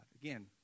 Again